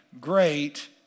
great